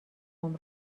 قوم